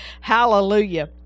Hallelujah